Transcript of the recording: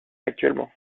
actuellement